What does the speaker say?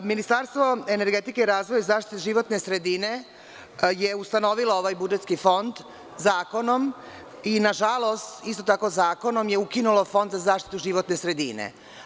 Ministarstvo energetike, razvoja i zaštite životne sredine je ustanovila ovaj budžetski fond zakonom i na žalost isto tako zakonom je ukinula Fond za zaštitu životne sredine.